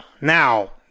Now